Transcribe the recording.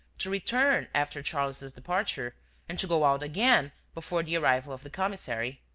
to return after charles's departure and to go out again before the arrival of the commissary.